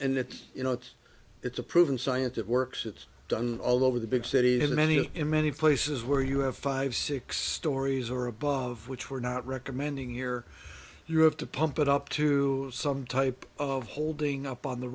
and it's you know it's it's a proven science it works it's done all over the big cities many of in many places where you have five six stories or above which we're not recommending here you have to pump it up to some type of holding up on the